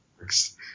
works